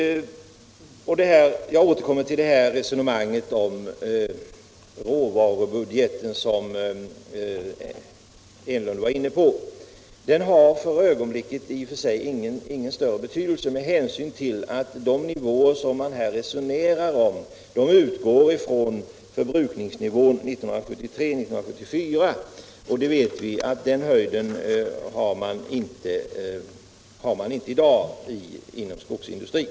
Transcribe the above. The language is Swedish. Jag återkommer till det resonemang om råvarubudgeten som herr Enlund var inne på. Den har för ögonblicket i och för sig ingen större betydelse med hänsyn till att de nivåer man här resonerar om utgår från förbrukningsnivån 1973 och 1974. Den nivån har vi inte i dag inom skogsindustrin.